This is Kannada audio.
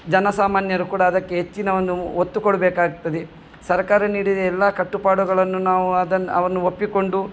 ಜನಸಾಮಾನ್ಯರು ಕೂಡ ಅದಕ್ಕೆ ಹೆಚ್ಚಿನ ಒಂದು ಒತ್ತು ಕೊಡಬೇಕಾಗ್ತದೆ ಸರ್ಕಾರ ನೀಡಿದ ಎಲ್ಲಾ ಕಟ್ಟುಪಾಡುಗಳನ್ನು ನಾವು ಅದನ್ನು ಅವನ್ನು ಒಪ್ಪಿಕೊಂಡು